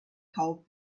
cold